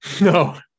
No